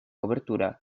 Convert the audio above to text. cobertura